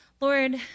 Lord